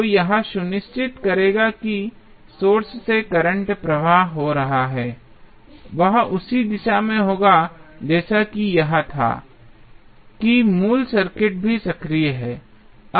तो यह सुनिश्चित करेगा कि जो सोर्स से करंट प्रवाह हो रहा है वह उसी दिशा में होगा जैसे कि यह था कि मूल सर्किट भी सक्रिय था